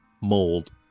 mold